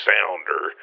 Sounder